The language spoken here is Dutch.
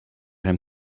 hem